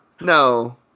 No